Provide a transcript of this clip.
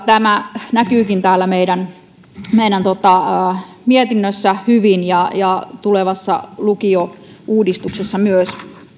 tämä näkyykin täällä meidän meidän mietinnössä hyvin ja ja tulevassa lukiouudistuksessa myös